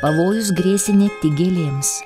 pavojus grėsė ne tik gėlėms